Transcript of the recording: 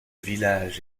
village